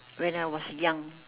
when I was young